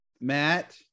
matt